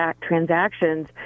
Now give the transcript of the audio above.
transactions